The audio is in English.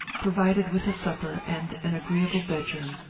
provided with a supper and an agree able bedroom,